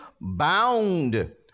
bound